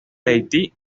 haití